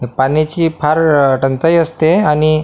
हे पाण्याची फार टंचाई असते आणि